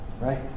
Right